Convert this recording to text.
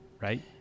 Right